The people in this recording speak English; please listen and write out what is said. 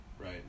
Right